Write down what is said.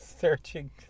searching